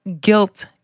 guilt